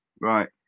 right